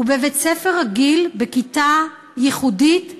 והוא בבית-ספר רגיל בכיתה ייחודית,